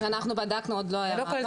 כאן אנחנו יכולים